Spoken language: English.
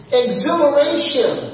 exhilaration